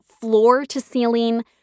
floor-to-ceiling